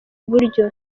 iburyo